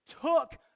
took